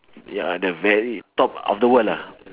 ya the very top of the world lah